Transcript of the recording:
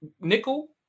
nickel